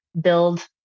build